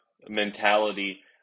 mentality